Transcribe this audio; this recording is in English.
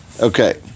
Okay